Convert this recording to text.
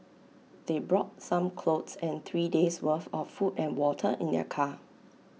they brought some clothes and three days'worth of food and water in their car